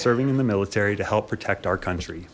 serving in the military to help protect our country